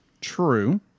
True